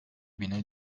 bine